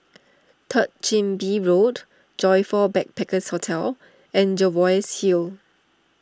Third Chin Bee Road Joyfor Backpackers' Hotel and Jervois Hill